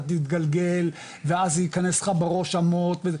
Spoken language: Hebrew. תתגלגל ואז זה יכנס לך בראש המוט וזה,